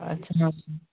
আচ্ছা